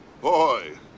Boy